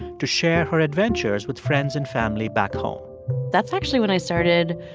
to share her adventures with friends and family back home that's actually when i started